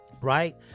Right